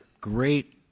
Great